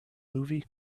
movie